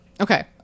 Okay